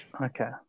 Okay